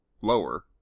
lower